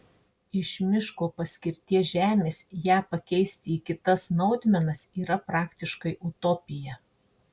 iš miško paskirties žemės ją pakeisti į kitas naudmenas yra praktiškai utopija